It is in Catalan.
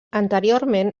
anteriorment